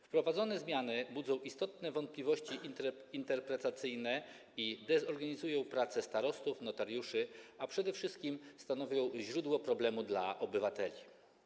Wprowadzone zmiany budzą istotne wątpliwości interpretacyjne, dezorganizują pracę starostów i notariuszy i przede wszystkim stanowią źródło problemów dla obywateli.